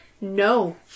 no